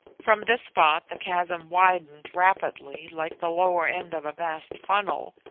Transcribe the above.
from this spot the chasm widened rapidly like the lower end of a vast funnel,